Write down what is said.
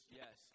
yes